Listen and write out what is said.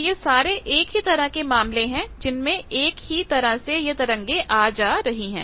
तो यह सारे एक ही तरह के मामले हैं जिनमें एक ही तरह से यह तरंगे आ जा रही हैं